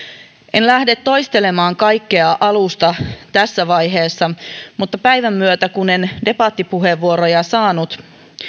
en lähde toistelemaan kaikkea alusta tässä vaiheessa mutta päivän myötä kun en debattipuheenvuoroja saanut